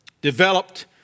developed